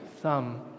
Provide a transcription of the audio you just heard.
thumb